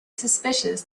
suspicious